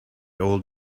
old